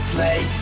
play